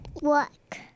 Work